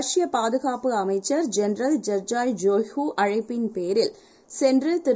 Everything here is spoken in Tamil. ரஷ்யபாதுகாப்புஅமைச்சர்ஜெனரல்ஜெர்ஜாய்ஷோய்குஅழைப்பின்பேரில்சென்றுள்ள திரு